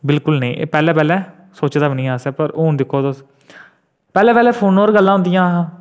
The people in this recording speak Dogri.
खाल्ली